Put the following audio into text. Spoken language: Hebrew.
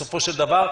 בסופו של דבר,